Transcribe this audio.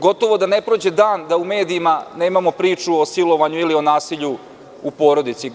Gotovo da ne prođe dan da u medijima nemamo priču o silovanju ili o nasilju u porodici.